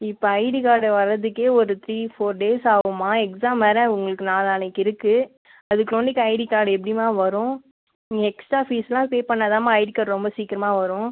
இப்போ ID card வரத்துக்கே ஒரு த்ரீ ஃபோர் டேஸ் ஆகுமா எக்ஸாம் வேறு உங்களுக்கு நாளான்னைக்கு இருக்கு அதுக்கொண்டிக்கு ஐடி கார்டு எப்படிம்மா வரும் நீங்கள் எக்ஸ்ட்ரா ஃபீஸ்லாம் பே பண்ணாதாம்மா ஐடி கார்டு ரொம்ப சீக்கிரமாக வரும்